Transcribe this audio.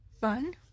fun